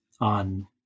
on